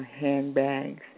handbags